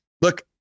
look